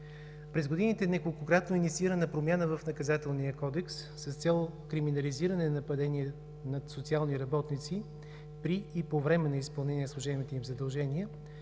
През годините неколкократно е инициирана промяна в Наказателния кодекс, с цел криминализиране на нападение над социални работници при и по време на изпълнение на служебните им задължения,